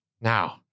now